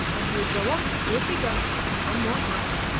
and he would go on as he had begun come what might.